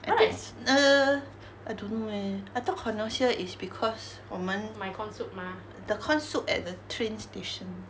I think err I don't know eh I thought connoisseur is because 我们 the corn soup at the train station